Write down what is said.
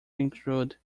include